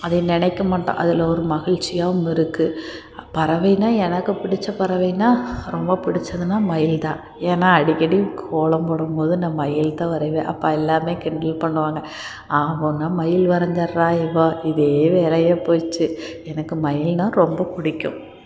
அதை நினைக்க மாட்டோம் அதில் ஒரு மகிழ்ச்சியாகவும் இருக்கு பறவைன்னா எனக்கு பிடிச்ச பறவைன்னா ரொம்ப பிடிச்சதுன்னா மயில் தான் ஏன்னா அடிக்கடி கோலம் போடும்போது நான் மயில் தான் வரைவேன் அப்போ எல்லாம் கிண்டல் பண்ணுவாங்க ஆவுன்னா மயில் வரைஞ்சிடுறா இவ இதே வேலையாக போச்சு எனக்கு மயிலுன்னா ரொம்ப பிடிக்கும்